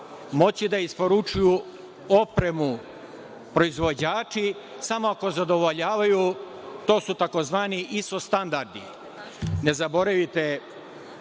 moći da isporučuju opremu proizvođači samo ako zadovoljavaju, to su tzv. ISO standardi. Ne zaboravite,